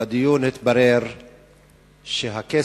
בדיון התברר שהכסף